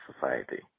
society